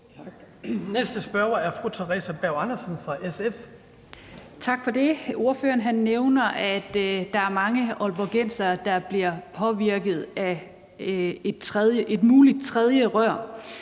fra SF. Kl. 18:25 Theresa Berg Andersen (SF): Tak for det. Ordføreren nævner, at der er mange aalborgensere, der bliver påvirket af et muligt tredje rør.